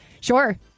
Sure